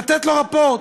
לתת לו רפורט,